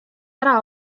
ära